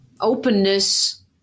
openness